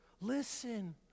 Listen